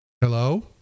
Hello